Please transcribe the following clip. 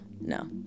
No